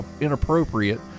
inappropriate